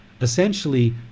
essentially